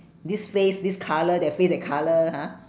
this face this colour that face that face colour !huh!